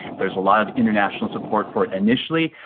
there is a lot of international support for it initially,